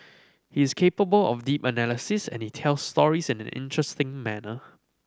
he is capable of deep analysis and he tells stories in an interesting manner